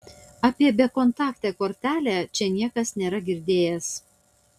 apie bekontaktę kortelę čia niekas nėra girdėjęs